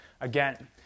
again